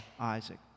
Isaac